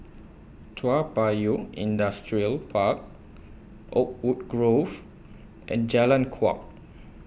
Toa Payoh Industrial Park Oakwood Grove and Jalan Kuak